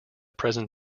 present